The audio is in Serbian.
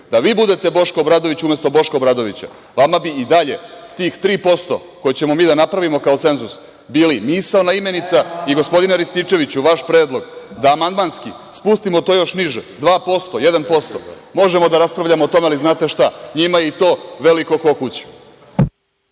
da vi budete Boško Obradović umesto Boška Obradovića, vama bi i dalje tih 3% koje ćemo da napravimo kao cenzus bili misaona imenica. Gospodine Rističeviću, vaš predlog da amandmanski spustimo to još niže 2%, 1%, možemo da raspravljamo o tome, ali znate šta, njima je i to veliko kao kuća.